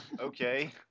Okay